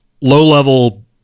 low-level